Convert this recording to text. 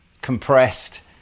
compressed